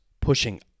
pushing